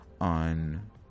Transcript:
On